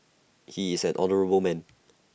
he is an honourable man